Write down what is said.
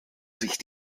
sich